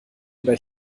oder